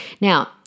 Now